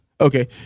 Okay